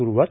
सुरूवात